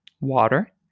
water